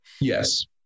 Yes